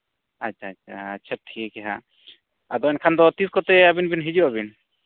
ᱟᱪᱪᱷᱟ ᱟᱪᱪᱷᱟ ᱟᱪᱪᱷᱟ ᱴᱷᱤᱠ ᱜᱮᱭᱟ ᱦᱟᱸᱜ ᱟᱫᱚ ᱮᱱᱠᱦᱟᱱ ᱫᱚ ᱛᱤᱥ ᱠᱚᱛᱮ ᱟᱹᱵᱤᱱ ᱵᱤᱱ ᱦᱤᱡᱩᱜᱼᱟ ᱟᱹᱵᱤᱱ